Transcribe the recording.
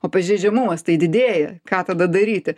o pažeidžiamumas tai didėja ką tada daryti